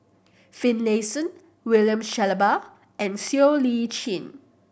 Finlayson William Shellabear and Siow Lee Chin